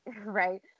Right